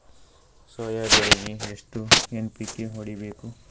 Soya ಬೆಳಿಗಿ ಎಷ್ಟು NPK ಹೊಡಿಬೇಕು?